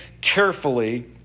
carefully